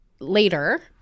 later